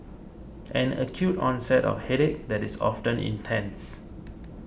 an acute onset of headache that is often intense